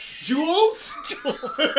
jewels